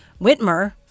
Whitmer